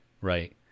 Right